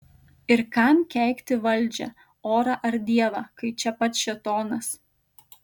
ir kam keikti valdžią orą ar dievą kai čia pat šėtonas